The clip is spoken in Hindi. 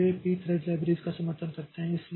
तो वे इस Pthreads लाइबरेरीज़ का समर्थन करते हैं